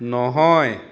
নহয়